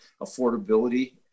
affordability